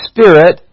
Spirit